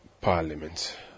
Parliament